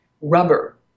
rubber